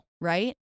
right